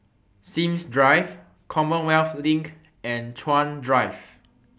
Sims Drive Commonwealth LINK and Chuan Drive